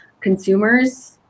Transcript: consumers